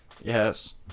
Yes